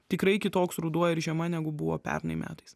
tikrai kitoks ruduo ir žiema negu buvo pernai metais